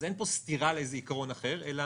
אז אין פה סתירה לאיזה עיקרון אחר אלא